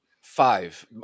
Five